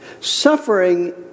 Suffering